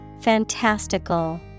Fantastical